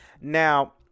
now